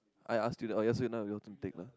I asked you that one asked you now you have to take lah